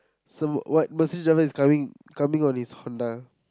some what Mercedes driver is coming coming on his Honda